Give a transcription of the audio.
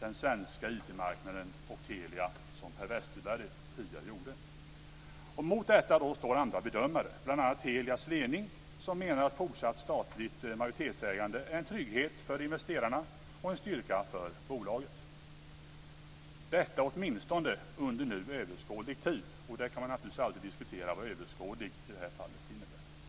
den svenska IT marknaden och Telia som Per Westerberg tidigare gjorde. Mot detta står andra bedömare, bl.a. Telias ledning, som menar att fortsatt statligt majoritetsägande är en trygghet för investerarna och en styrka för bolaget. Detta åtminstone under nu överskådlig tid. Man kan naturligtvis alltid diskutera vad överskådlig innebär i det här fallet.